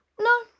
No